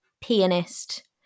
pianist